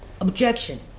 Objection